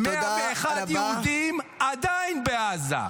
101 יהודים עדיין בעזה.